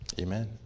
Amen